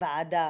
ועדה